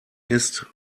ist